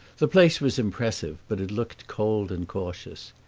the place was impressive but it looked cold and cautious.